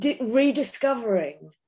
rediscovering